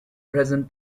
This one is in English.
present